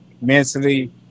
mentally